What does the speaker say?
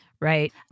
Right